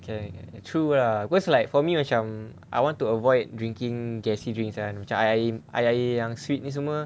okay true lah because like for me macam I want to avoid drinking gassy drinks kan macam air air air yang sweet ni semua